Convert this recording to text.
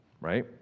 right